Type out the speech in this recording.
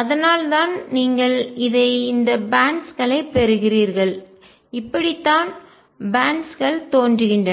அதனால் தான் நீங்கள் இதைப் இந்த பேன்ட்ஸ் பட்டைகள் களை பெறுவீர்கள் இப்படித்தான் பேன்ட்ஸ் பட்டைகள் தோன்றுகின்றன